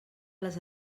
les